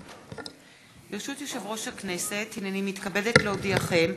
ברשות יושב-ראש הכנסת, הנני מתכבדת להודיעכם,